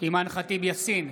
אימאן ח'טיב יאסין,